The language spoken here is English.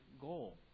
goal